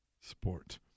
sport